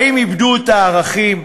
האם איבדו את הערכים?